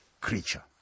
creature